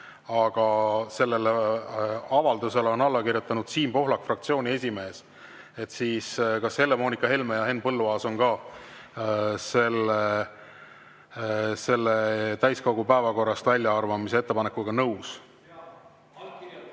aga sellele avaldusele on alla kirjutanud Siim Pohlak, fraktsiooni [ase]esimees. Kas Helle-Moonika Helme ja Henn Põlluaas on ka selle täiskogu päevakorrast väljaarvamise ettepanekuga nõus?